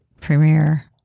premiere